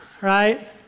right